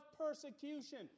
persecution